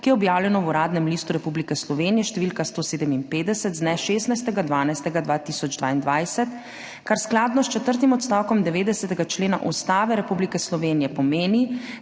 ki je objavljeno v Uradnem listu Republike Slovenije št. 157/2022 z dne 16. 12. 2022, kar skladno s četrtim odstavkom 90. člena Ustave Republike Slovenije pomeni,